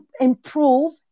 improve